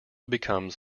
becomes